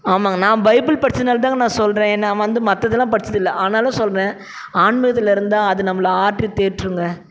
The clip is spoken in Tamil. ஆமாங்க நான் பைபிள் படித்ததுனால தாங்க நான் சொல்கிறேன் நான் வந்து மற்றதெல்லாம் படித்தது இல்லை ஆனாலும் சொல்கிறேன் ஆன்மீகத்தில் இருந்தால் அது நம்மளை ஆற்றி தேற்றுங்க